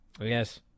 Yes